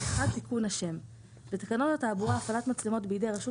תיקון השם בתקנות התעבורה (הפעלת מצלמות בידי רשות